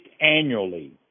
annually